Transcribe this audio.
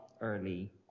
early